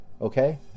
okay